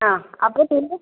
ആ അപ്പഴത്തേന്